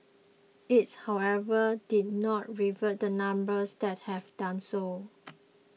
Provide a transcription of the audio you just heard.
its however did not reveal the numbers that have done so